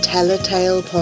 Tell-A-Tale